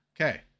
okay